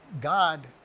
God